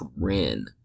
grin